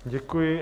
Děkuji.